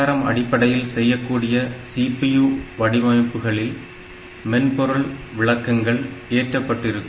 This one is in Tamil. ARM அடிப்படையில் செய்யக்கூடிய CPU வடிவமைப்புகளில் மென்பொருள் விளக்கங்கள் ஏற்றப்பட்டிருக்கும்